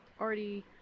already